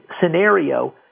scenario